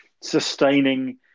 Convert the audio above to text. sustaining